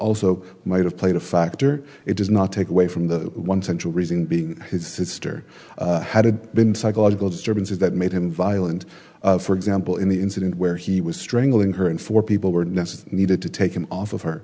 also might have played a factor it does not take away from the one central reason being his sister had been psychological disturbances that made him violent for example in the incident where he was strangling her and four people were necessary needed to take him off of her